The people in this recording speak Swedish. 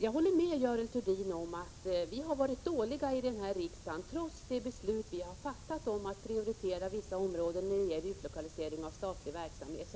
Jag håller med Görel Thurdin om att vi har varit dåliga i riksdagen när vi inte har följt det beslut som vi har fattat om att prioritera vissa områden för utlokalisering av statlig verksamhet.